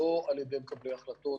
אבל לא על ידי מקבלי ההחלטות